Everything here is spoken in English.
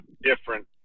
different